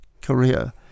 Korea